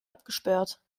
abgesperrt